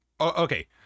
okay